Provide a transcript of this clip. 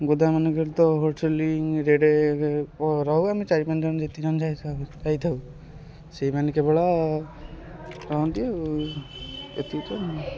ଗୋଦାମମାନଙ୍କରେ ତ wholesaling rate ଏ ରହୁ ଆମେ ଚାରି ପାଞ୍ଚଜଣ ଯେତିକି ଯେତିକି ଜଣ ଯାଇଥାଉ ଯାଇଥାଉ ସେଇମାନେ କେବଳ ରୁହନ୍ତି ଆଉ ଏତିକି ତ